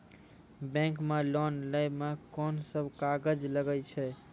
Bank मे loan लै मे कोन सब कागज लागै छै?